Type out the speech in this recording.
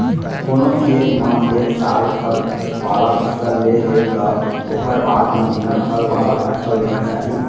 कोनो खेत म एक साल फर वाला फसल ले हे त ओखर बाद म बिना फल वाला फसल लेना चाही